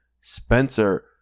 Spencer